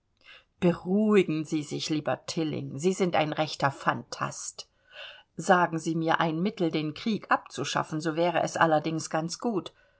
beruhigen sie sich lieber tilling sie sind ein rechter phantast sagen sie mir ein mittel den krieg abzuschaffen so wäre es allerdings ganz gut